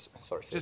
sorry